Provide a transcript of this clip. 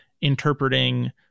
interpreting